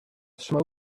smoke